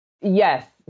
Yes